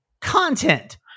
content